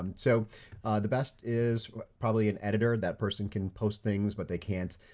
um so the best is probably an editor. that person can post things but they can't